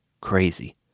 crazy